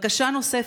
בקשה נוספת: